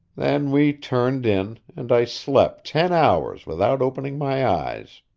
then we turned in, and i slept ten hours without opening my eyes.